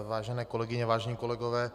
Vážené kolegyně, vážení kolegové.